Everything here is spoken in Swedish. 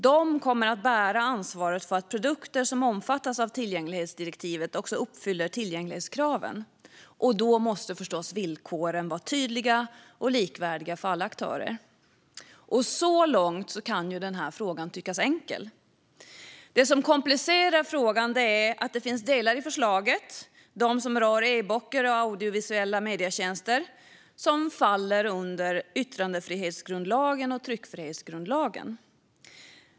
De kommer att bära ansvaret för att produkter som omfattas av tillgänglighetsdirektivet uppfyller tillgänglighetskraven, och då måste förstås villkoren vara tydliga och likvärdiga för alla aktörer. Så långt kan denna fråga tyckas enkel. Det som komplicerar frågan är att det finns delar i förslaget - de delar som rör e-böcker och audiovisuella medietjänster - som faller under yttrandefrihetsgrundlagen och tryckfrihetsgrundlagen.